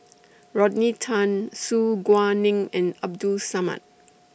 Rodney Tan Su Guaning and Abdul Samad